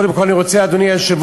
קודם כול אני רוצה, אדוני היושב-ראש,